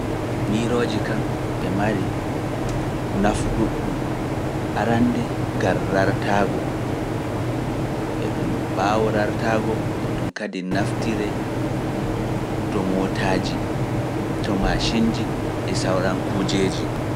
Miirooje kam e mari nafu ɗuuɗɗum, arannde ngam raartaago, e ɗum - ɓaawo raartaago e ɗum kadi naftiree to mootaaji, to macinnji e sawran kuujeeji.